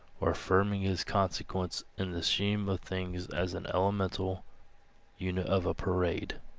or affirming his consequence in the scheme of things as an elemental unit of a parade.